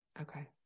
Okay